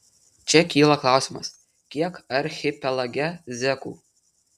čia kyla klausimas kiek archipelage zekų